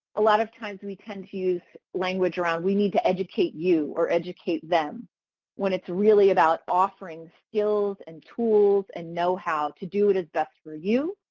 a lot of times we tend to use language around we need to educate you or educate them when it's really about offering skills and tools and know-how to do it as best for you,